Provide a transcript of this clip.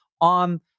on